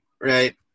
right